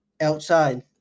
Outside